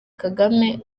kagame